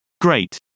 Great